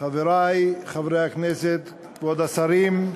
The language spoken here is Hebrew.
חברי חברי הכנסת, כבוד השרים,